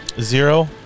Zero